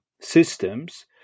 systems